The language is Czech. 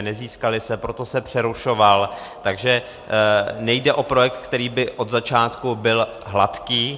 Nezískaly se, proto se přerušoval, takže nejde o projekt, který by od začátku byl hladký.